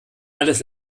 alles